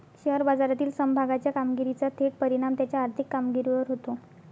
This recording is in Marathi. शेअर बाजारातील समभागाच्या कामगिरीचा थेट परिणाम त्याच्या आर्थिक कामगिरीवर होतो